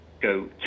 go